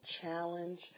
challenge